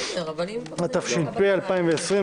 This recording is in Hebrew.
התש"ף-2020,